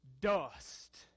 dust